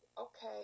okay